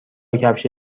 کفش